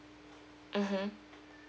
mmhmm